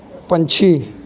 ਪੰਛੀ